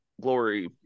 Glory